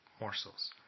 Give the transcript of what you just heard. morsels